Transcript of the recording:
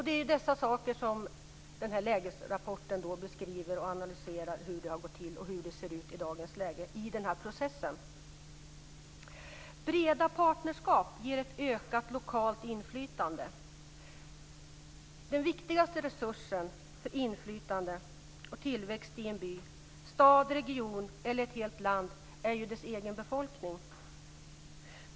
Det är dessa saker som lägesrapporten beskriver och analyserar, hur det har gått till och hur det ser ut i dagens läge i den här processen. Breda partnerskap ger ett ökat lokalt inflytande. Den viktigaste resursen för inflytande och tillväxt i en by, stad, region eller ett helt land är dess egen befolkning.